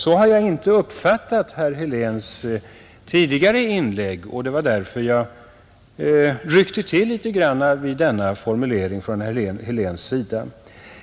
Så har jag inte uppfattat herr Heléns tidigare inlägg, och det var därför jag ryckte till litet vid denna formulering av herr Helén.